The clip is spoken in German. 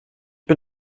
bin